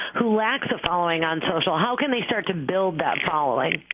who lacks a following on social, how can they start to build that following?